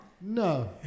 No